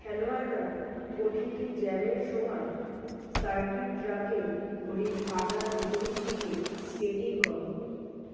খেলোয়াড়রা প্রতিটি জ্যামের সময় সার্কিট ট্র্যাকে ঘড়ির কাটার বিপরীত দিকে স্কেটিং করে